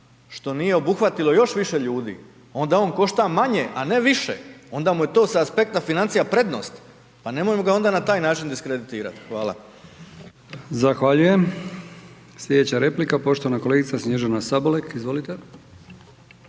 što nije obuhvatilo još više ljudi onda on košta manje, a ne više, onda mu je to sa aspekta financija prednost, pa nemojmo ga onda na taj način diskreditirati. Hvala. **Brkić, Milijan (HDZ)** Zahvaljujem. Slijedeća replika poštovana kolegica Snježana Sabolek. Izvolite.